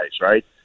right